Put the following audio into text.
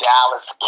Dallas